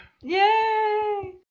Yay